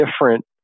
different